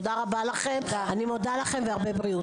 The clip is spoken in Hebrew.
תודה רבה לכם, אני מודה לכם והרבה בריאות.